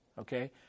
Okay